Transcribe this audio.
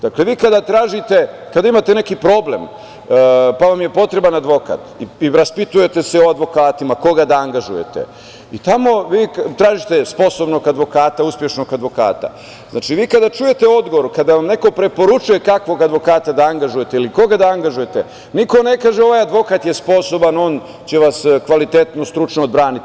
Dakle, vi kada imate neki problem, pa vam je potreban advokat i raspitujete se o advokatima, koga da angažujete i tamo vi tražite sposobnog advokata, uspešnog advokata, vi kada čujete odgovor, kada neko preporučuje kakvog advokata da angažujete ili koga da angažujete, niko ne kaže – ovaj advokat je sposoban, on će vas kvalitetno, stručno odbraniti.